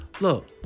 Look